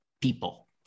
people